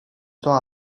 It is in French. temps